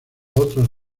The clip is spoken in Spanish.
otros